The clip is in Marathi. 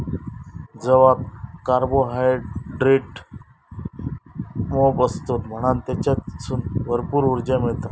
जवात कार्बोहायड्रेट मोप असतत म्हणान तेच्यासून भरपूर उर्जा मिळता